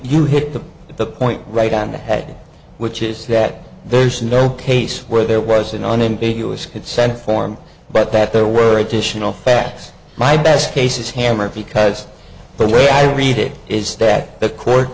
you hit the the point right on the head which is that there's no case where there was an unambiguous consent form but that there were additional facts my best case is hammered because the way i read it is that the court